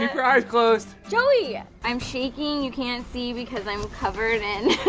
eyes closed. joey yeah i'm shaking you can't see because i'm covered and